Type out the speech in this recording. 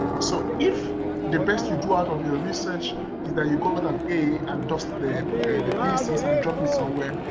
so if the best you do out of your research is that you got an a and dust the the pieces and drop it somewhere,